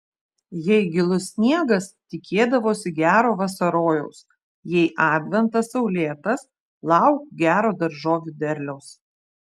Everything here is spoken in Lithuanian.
jei gilus sniegas tikėdavosi gero vasarojaus jei adventas saulėtas lauk gero daržovių derliaus